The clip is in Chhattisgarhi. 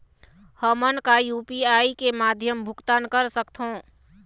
हमन का यू.पी.आई के माध्यम भुगतान कर सकथों?